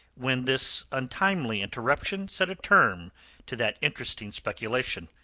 when this untimely interruption set a term to that interesting speculation.